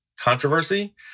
controversy